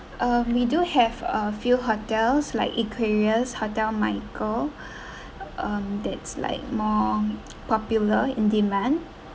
um we do have a few hotels like equarius hotel michael um that's like more popular in demand